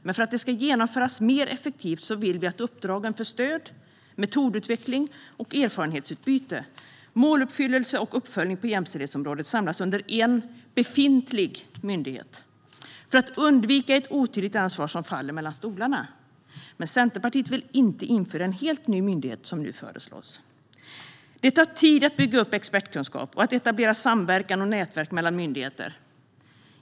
Men för att det ska genomföras mer effektivt vill vi att uppdragen för stöd, metodutveckling, erfarenhetsutbyte, måluppfyllelse och uppföljning på jämställdhetsområdet samlas under en befintlig myndighet för att undvika ett otydligt ansvar som riskerar att falla mellan stolarna. Centerpartiet vill alltså inte införa en helt ny myndighet, vilket regeringen föreslår. Det tar tid att bygga upp expertkunskap och att etablera samverkan och nätverk mellan myndigheter.